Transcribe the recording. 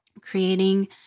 creating